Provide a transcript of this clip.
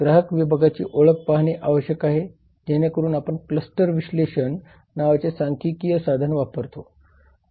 ग्राहक विभागाची ओळख पाहणे आवश्यक आहे जेणेकरून आपण क्लस्टर विश्लेषण cluster analysis नावाचे सांख्यिकीय साधन वापरतो